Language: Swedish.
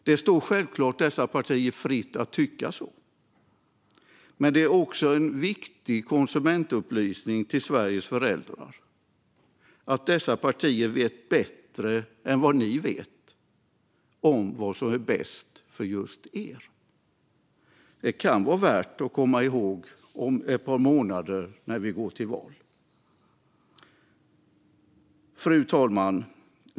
Det står självklart dessa partier fritt att tycka så, men det är en viktig konsumentupplysning till Sveriges föräldrar att dessa partier vet bättre än ni gör om vad som är bäst för just er. Det kan vara värt att komma ihåg om ett par månader, när vi går till val. Fru talman!